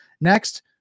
Next